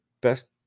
best